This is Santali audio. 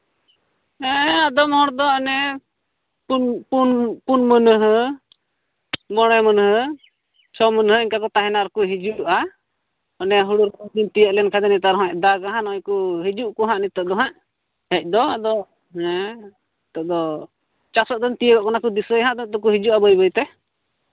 ᱦᱮᱸ ᱟᱫᱚᱢ ᱦᱚᱲ ᱫᱚ ᱚᱱᱮ ᱯᱩᱱ ᱯᱩᱱ ᱢᱟᱹᱦᱱᱟᱹ ᱢᱚᱬᱮ ᱢᱟᱹᱦᱱᱟᱹ ᱪᱷᱚ ᱢᱟᱹᱦᱱᱟᱹ ᱠᱚ ᱛᱟᱦᱮᱱᱟ ᱟᱨᱠᱚ ᱦᱤᱡᱩᱜᱼᱟ ᱚᱱᱮ ᱦᱩᱲᱩ ᱞᱮᱱᱠᱷᱟᱱ ᱱᱮᱛᱟᱨ ᱫᱚᱭ ᱫᱟᱜᱟ ᱱᱚᱜᱼᱚᱭ ᱠᱚ ᱦᱤᱡᱩᱜᱼᱟ ᱦᱟᱸᱜ ᱱᱤᱛᱚᱜ ᱫᱚ ᱦᱟᱸᱜ ᱦᱮᱡ ᱫᱚ ᱟᱫᱚ ᱦᱮᱸ ᱱᱤᱛᱚᱜ ᱫᱚ ᱪᱟᱥ ᱫᱤᱱ ᱛᱤᱭᱳᱜᱚᱜ ᱠᱟᱱᱟ ᱛᱚ ᱫᱤᱥᱟᱹᱭᱟ ᱦᱟᱸᱜ ᱱᱤᱛᱚᱜ ᱫᱚ ᱦᱤᱡᱩᱜᱼᱟ ᱵᱟᱹᱭᱼᱵᱟᱹᱭ ᱛᱮ